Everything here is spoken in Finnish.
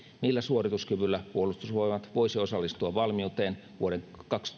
millä suorituskyvyllä puolustusvoimat voisi osallistua valmiuteen vuoden